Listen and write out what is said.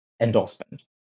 endorsement